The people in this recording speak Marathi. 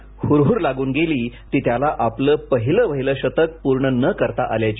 मात्र यात हरुहर लागुन गेली ती त्याला आपलं पहिलं वहिलं शतक पूर्ण न करता आल्याची